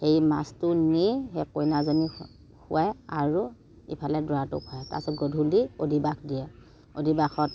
সেই মাছটো নি সেই কইনাজনীক খোৱায় আৰু ইফালে দৰাটোক খোৱায় তাৰপিছত গধূলি অদিবাস দিয়ে অদিবাসত